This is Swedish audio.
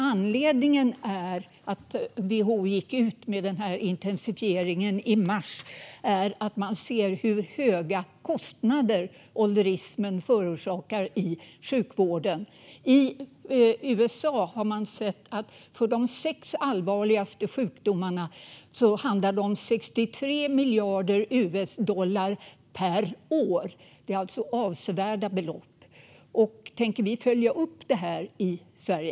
Anledningen till att WHO gick ut med denna intensifiering i mars är att man ser hur höga kostnader ålderismen förorsakar i sjukvården. I USA har man sett att det för de sex allvarligaste sjukdomarna handlar om 63 miljarder US-dollar per år. Det är alltså avsevärda belopp. Tänker vi följa upp detta i Sverige?